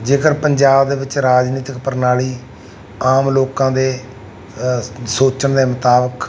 ਜੇਕਰ ਪੰਜਾਬ ਦੇ ਵਿੱਚ ਰਾਜਨੀਤਿਕ ਪ੍ਰਣਾਲੀ ਆਮ ਲੋਕਾਂ ਦੇ ਸੋਚਣ ਦੇ ਮੁਤਾਬਕ